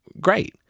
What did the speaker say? great